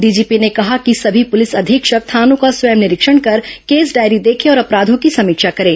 DGP ने कहा कि सभी पुलिस अधीक्षक थानों का स्वयं निरीक्षण कर केस डायरी देखें और अपराधों की समीक्षा करें